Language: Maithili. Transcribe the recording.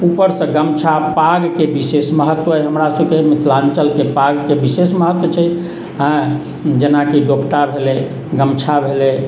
ऊपरसँ गमछा पागके विशेष महत्व अइ हमरा सबकेँ मिथिलाञ्चलके पागके विशेष महत्व छै हँ जेनाकी दोपटा भेलै गमछा भेलै